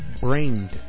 brained